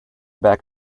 back